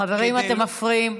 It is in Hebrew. חברים, אתם מפריעים.